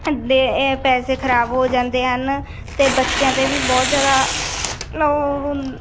ਦੇ ਇਹ ਪੈਸੇ ਖ਼ਰਾਬ ਹੋ ਜਾਂਦੇ ਹਨ ਅਤੇ ਬੱਚਿਆਂ 'ਤੇ ਵੀ ਬਹੁਤ ਜ਼ਿਆਦਾ